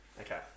Okay